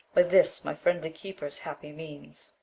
by this my friendly keeper's happy means,